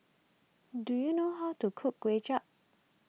do you know how to cook Kway Chap